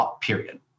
period